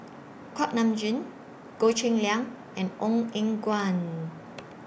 Kuak Nam Jin Goh Cheng Liang and Ong Eng Guan